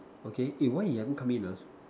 okay eh why he haven't come in ah